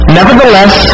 Nevertheless